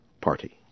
Party